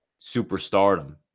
superstardom